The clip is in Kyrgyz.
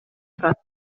турат